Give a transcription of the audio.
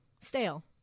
stale